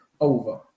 over